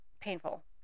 painful